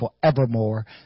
forevermore